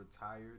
retired